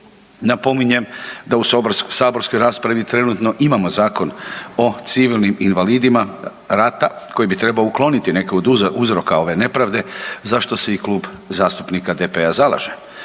Napominje, da u saborskoj raspravi trenutno imamo Zakon o civilnim invalidima rata koji bi trebao ukloniti neke od uzroka ove nepravde za što se i Klub zastupnika DP-a zalaže.